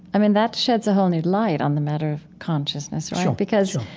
i mean, that sheds a whole new light on the matter of consciousness, right? sure because,